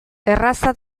erraza